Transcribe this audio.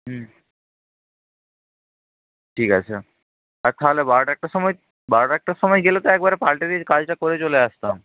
হুম ঠিক আছে আর তাহলে বারোটা একটার সময় বারোটা একটার সময় গেলে তো একবারে পাল্টে দিয়ে কাজটা করে চলে আসতাম